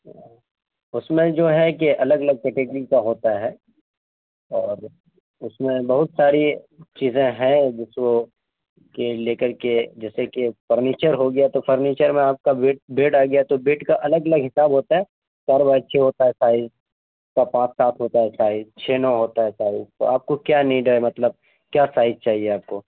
اس میں جو ہے کہ الگ الگ کیٹیگری کا ہوتا ہے اور اس میں بہت ساری چیزیں ہیں جس کو کہ لے کر کے جیسے کہ فرنیچر ہو گیا تو فرنیچر میں آپ کا بیڈ بیڈ آ گیا ہے تو بیڈ کا الگ الگ حساب ہوتا ہے سرو اچھے ہوتا ہے سائز اس کا پانچ سات ہوتا ہے سائز چھ نو ہوتا ہے سائز تو آپ کو کیا نیڈ ہے مطلب کیا سائز چاہیے آپ کو